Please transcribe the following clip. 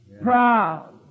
proud